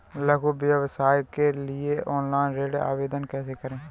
लघु व्यवसाय के लिए ऑनलाइन ऋण आवेदन कैसे करें?